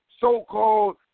so-called